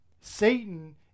Satan